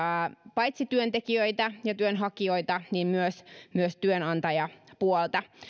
paitsi työntekijöitä ja työnhakijoita niin myös myös työnantajapuolta